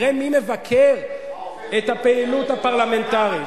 תראה מי מבקר את הפעילות הפרלמנטרית.